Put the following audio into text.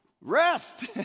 Rest